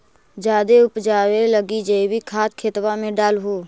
जायदे उपजाबे लगी जैवीक खाद खेतबा मे डाल हो?